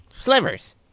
slivers